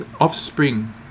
offspring